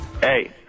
Hey